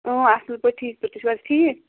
اصل پٲٹھۍ ٹھیٖک تُہۍ چھِو حظ ٹھیٖک